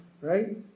right